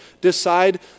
decide